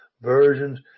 versions